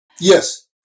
Yes